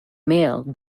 male